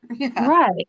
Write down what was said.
Right